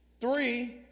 Three